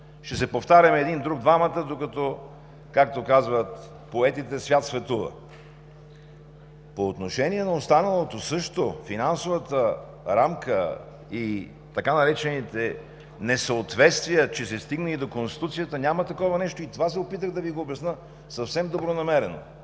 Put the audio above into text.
ще се повтаряме един друг двамата, докато, както казват поетите, свят светува. По отношение на останалото също – финансовата рамка и така наречените несъответствия, че се стигна и до Конституцията, няма такова нещо. Това се опитах да Ви го обясня съвсем добронамерено.